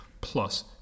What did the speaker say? plus